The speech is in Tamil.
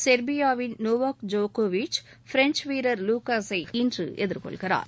செர்பியாவின் நோவாக் ஜோகோ விக் பிரஞ்ச் வீரர் லுக்காசை இன்றுஎதிர்கொள்கிறார்